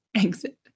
Exit